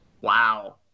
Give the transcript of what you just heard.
Wow